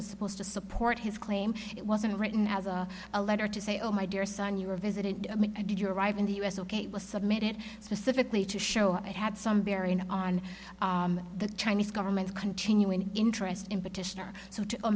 was supposed to support his claim it wasn't written as a letter to say oh my dear son you were visited did you arrive in the u s ok it was submitted specifically to show it had some bearing on the chinese government continuing interest in petition